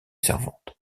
servante